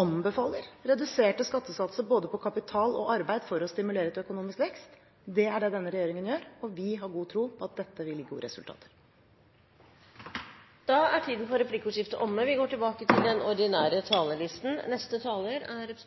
anbefaler reduserte skattesatser på både kapital og arbeid for å stimulere til økonomisk vekst. Det er det denne regjeringen gjør, og vi har god tro på at dette vil gi gode resultater. Replikkordskiftet er dermed omme. Fra denne talerstolen har det